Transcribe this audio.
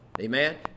amen